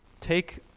take